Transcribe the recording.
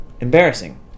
embarrassing